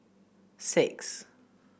six